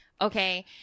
okay